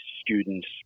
students